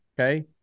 Okay